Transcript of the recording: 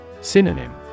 Synonym